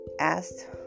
asked